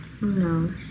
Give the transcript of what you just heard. No